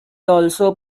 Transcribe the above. also